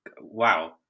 wow